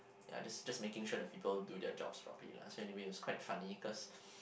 ya just just making sure that people do their jobs properly lah so anyway it was quite funny cause